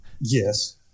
Yes